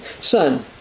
Son